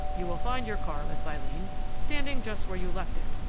you will find your car, miss eileen, standing just where you left it,